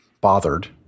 bothered